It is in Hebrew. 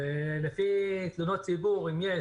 לפי תלונות ציבור אם יש,